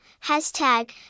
hashtag